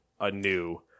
anew